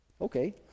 okay